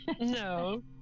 No